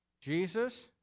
Jesus